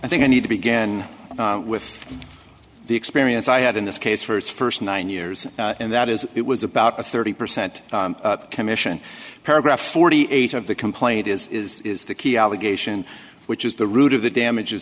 i think i need to begin with the experience i had in this case for its first nine years and that is it was about a thirty percent commission paragraph forty eight of the complaint is the key allegation which is the root of the damage